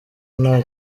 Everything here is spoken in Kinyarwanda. nta